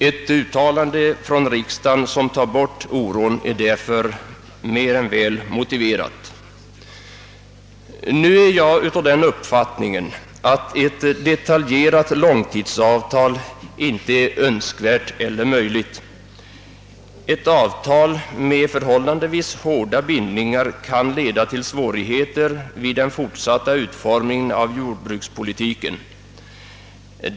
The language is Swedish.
Ett uttalande från riksdagen, som tar bort denna oro, är därför mer än väl motiverat. Nu har jag den uppfattningen, att ett detaljerat långtidsavtal inte är önskvärt eller möjligt att åstadkomma. Ett avtal med förhållandevis hårda bindningar kan leda till svårigheter vid den fortsatta utformningen av jordbrukspolitiken.